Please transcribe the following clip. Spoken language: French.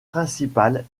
principal